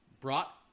brought